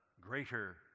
greater